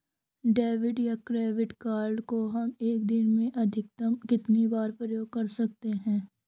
Debit या credit card को हम एक दिन में अधिकतम कितनी बार प्रयोग कर सकते हैं?